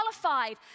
qualified